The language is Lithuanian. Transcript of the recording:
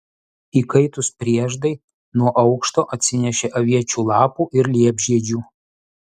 įkaitus prieždai nuo aukšto atsinešė aviečių lapų ir liepžiedžių